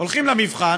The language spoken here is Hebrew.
הם הולכים למבחן,